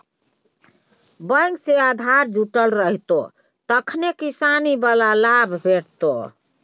bank सँ आधार जुटल रहितौ तखने किसानी बला लाभ भेटितौ